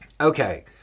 Okay